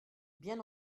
bien